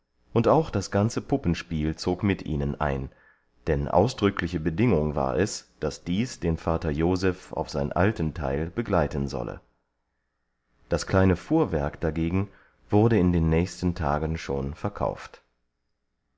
und auch das ganze puppenspiel zog mit ihnen ein denn ausdrückliche bedingung war es daß dies den vater joseph auf sein altenteil begleiten solle das kleine fuhrwerk dagegen wurde in den nächsten tagen schon verkauft